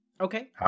Okay